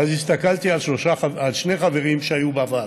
ואז הסתכלתי על שני חברים שהיו בוועדה,